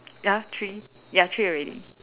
ya three ya three already